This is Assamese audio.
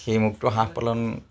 সেই মুক্ত হাঁহ পালন